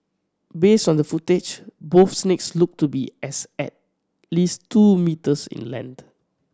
based on the footage both snakes looked to be as at least two metres in length